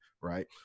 right